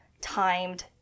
timed